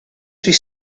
suoi